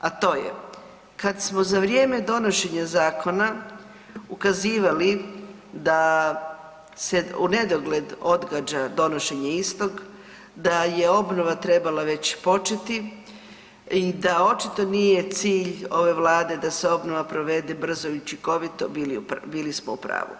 A to je kad smo za vrijeme donošenja zakona ukazivali da se u nedogled odgađa donošenje istog, da je obnova trebala već početi i da očito nije cilj ove vlade da se obnova provede brzo i učinkovito bili smo u pravu.